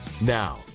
Now